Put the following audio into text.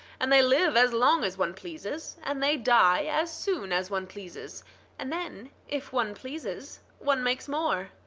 and they live as long as one pleases, and they die as soon as one pleases and then, if one pleases, one makes more.